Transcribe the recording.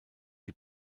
die